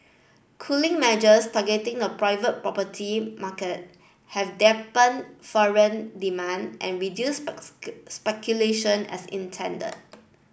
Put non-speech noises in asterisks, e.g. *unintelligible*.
cooling measures targeting the private property market have dampened foreign demand and reduced *unintelligible* speculation as intended